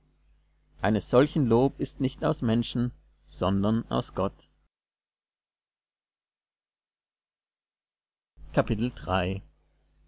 eines solchen lob ist nicht aus menschen sondern aus gott